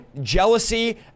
jealousy